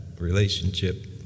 relationship